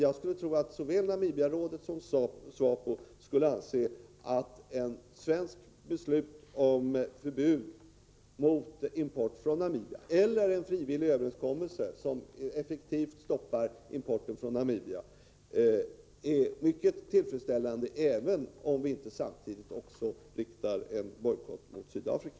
Jag skulle tro att såväl Namibiarådet som SWAPO anser att ett svenskt beslut om förbud mot import från Namibia — eller en frivillig överenskommelse som effektivt stoppar sådan import — är mycket tillfredsställande, även om vi inte samtidigt riktar en bojkott mot Sydafrika.